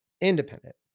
independent